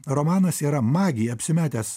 romanas yra magija apsimetęs